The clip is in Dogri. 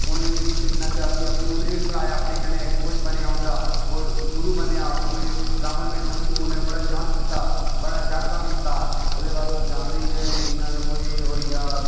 उ'नें बी फिटनस कीता उ'नेंगी बी खिलाया अपने कन्नै कोच बनया उं'दा गुरु बनाया पूरे रामबन बिच उनें बड़ा शान कीता बड़ा शैल कम्म कीता ओहदे बाद तुस जानदे होने जियां कोई होई गेआ